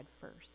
first